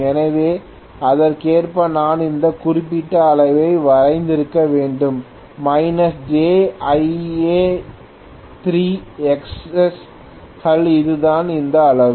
எனவே அதற்கேற்ப நான் இந்த குறிப்பிட்ட அளவை வரைந்திருக்க வேண்டும் jIa3Xs கள் இது தான் அந்த அளவு